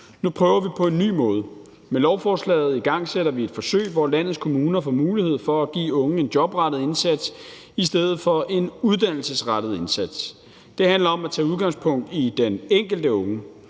Nu prøver vi på en ny måde. Med lovforslaget igangsætter vi et forsøg, hvor landets kommuner får mulighed for at give unge en jobrettet indsats i stedet for en uddannelsesrettet indsats. Det handler om at tage udgangspunkt i den enkelte unge.